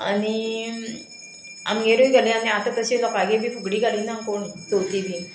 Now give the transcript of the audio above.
आनी आमगेरूय घालून आनी आतां तशें लोकांक बी फुगडी घालिना कोण चवथी बी